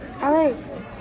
alex